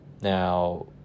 now